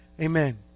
Amen